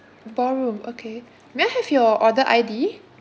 ballroom okay may I have your order I_D